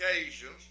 occasions